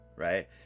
Right